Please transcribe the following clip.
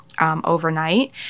Overnight